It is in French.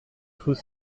faut